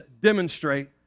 demonstrate